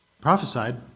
prophesied